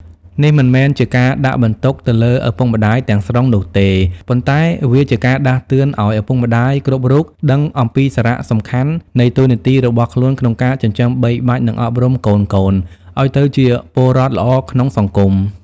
នេះមិនមែនជាការដាក់បន្ទុកទៅលើឪពុកម្ដាយទាំងស្រុងនោះទេប៉ុន្តែវាជាការដាស់តឿនឱ្យឪពុកម្ដាយគ្រប់រូបដឹងអំពីសារៈសំខាន់នៃតួនាទីរបស់ខ្លួនក្នុងការចិញ្ចឹមបីបាច់និងអប់រំកូនៗឱ្យទៅជាពលរដ្ឋល្អក្នុងសង្គម។